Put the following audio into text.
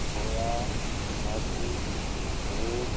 घोड़ा हाथी ऊँट